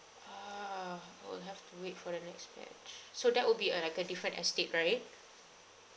ah we'll have to wait for the next batch so that would be a like a different estate right